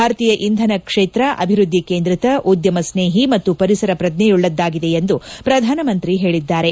ಭಾರತೀಯ ಇಂಧನ ಕ್ಷೇತ್ರ ಅಭಿವೃದ್ದಿ ಕೇಂದ್ರಿತ ಉದ್ದಮ ಸ್ನೇಹಿ ಮತ್ತು ಪರಿಸರ ಪ್ರಜ್ವೆಯುಳ್ಳದ್ದಾಗಿದೆ ಎಂದು ಪ್ರಧಾನ ಮಂತ್ರಿ ಹೇಳಿದ್ದಾರೆ